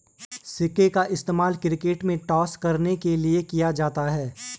सिक्के का इस्तेमाल क्रिकेट में टॉस करने के लिए किया जाता हैं